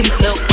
no